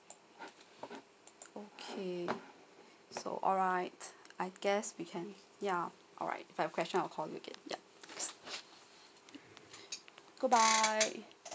okay so alright I guess we can yeah alright If I have question I'll call you again yeah good bye